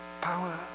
power